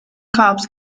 cobs